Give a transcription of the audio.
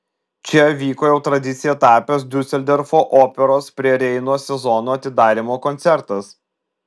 čia vyko jau tradicija tapęs diuseldorfo operos prie reino sezono atidarymo koncertas